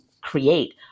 create